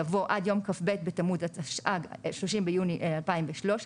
יבוא "עד יום כ"ב בתמוז התשע"ג (30 ביוני 2013)",